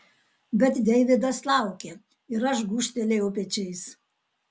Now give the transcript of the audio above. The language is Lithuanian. bet deividas laukė ir aš gūžtelėjau pečiais